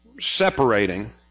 separating